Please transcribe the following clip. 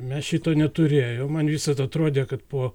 mes šito neturėjom man visad atrodė kad po